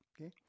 okay